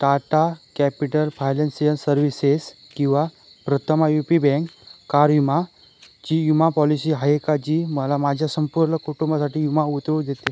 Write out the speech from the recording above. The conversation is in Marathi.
टाटा कॅपिटल फायनान्सियल सर्व्हिसेस किंवा Prathama U P bank car विमा ची विमा पॉलिसी आहे का जी मला माझ्या संपूर्ण कुटुंबासाठी विमा उतरवू देते